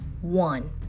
one